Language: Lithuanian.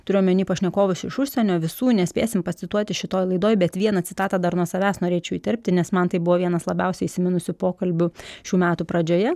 turiu omeny pašnekovus iš užsienio visų nespėsim pacituoti šitoj laidoj bet vieną citatą dar nuo savęs norėčiau įterpti nes man tai buvo vienas labiausiai įsiminusių pokalbių šių metų pradžioje